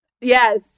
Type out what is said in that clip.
Yes